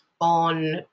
on